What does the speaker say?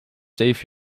save